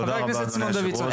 חבר הכנסת סימון דוידסון.